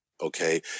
okay